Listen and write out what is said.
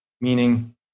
meaning